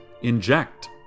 inject